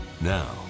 Now